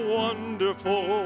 wonderful